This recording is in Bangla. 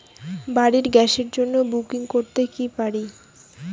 বাড়ির গ্যাসের জন্য বুকিং করতে পারি কি?